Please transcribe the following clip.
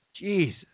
Jesus